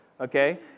Okay